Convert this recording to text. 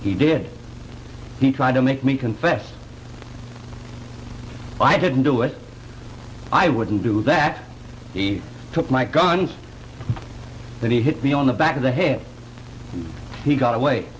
he did he tried to make me confess i didn't do it i wouldn't do that he took my gun then he hit me on the back of the head he got away